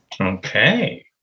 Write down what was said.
Okay